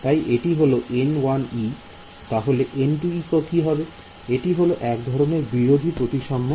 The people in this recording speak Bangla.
তাই এটি হলো তাহলে কি হবে